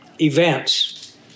events